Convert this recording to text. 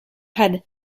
had